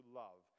love